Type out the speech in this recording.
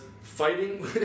fighting